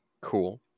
Cool